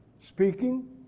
Speaking